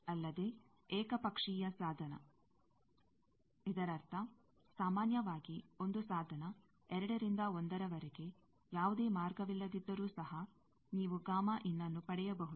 ಅಲ್ಲದೆ ಏಕಪಕ್ಷೀಯ ಸಾಧನ ಇದರರ್ಥ ಸಾಮಾನ್ಯವಾಗಿ ಒಂದು ಸಾಧನ 2 ರಿಂದ 1ರ ವರೆಗೆ ಯಾವುದೇ ಮಾರ್ಗವಿಲ್ಲದಿದ್ದರೂ ಸಹ ನೀವು ನ್ನು ಪಡೆಯಬಹುದು